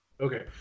Okay